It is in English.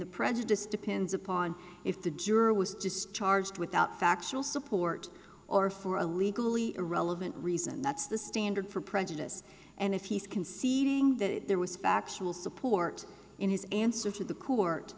the prejudice depends upon if the juror was discharged without factual support or for a legally irrelevant reason that's the standard for prejudice and if he's conceding that there was factual support in his answer to the court